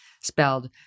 spelled